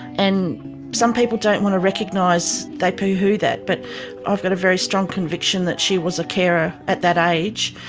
and some people don't want to recognise they pooh-pooh that, but i've got a very strong conviction that she was a carer at that age.